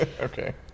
Okay